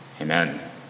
Amen